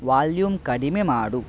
volume ಕಡಿಮೆ ಮಾಡು